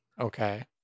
okay